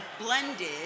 blended